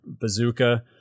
bazooka